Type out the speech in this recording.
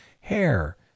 hair